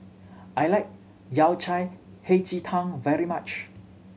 I like Yao Cai Hei Ji Tang very much